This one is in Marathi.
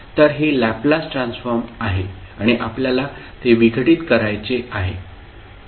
तर हे लॅपलास ट्रान्सफॉर्म आहे आणि आपल्याला ते विघटित करायचे आहे